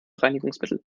reinigungsmittel